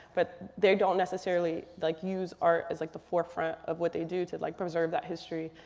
but they don't necessarily like use art as like the forefront of what they do to like preserve that history.